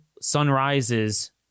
sunrises